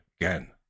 again